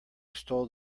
stole